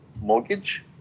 mortgage